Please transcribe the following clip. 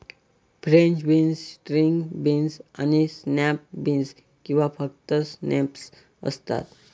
French beans, string beans आणि snap beans किंवा फक्त स्नॅप्स असतात